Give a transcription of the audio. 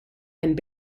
and